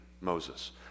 Moses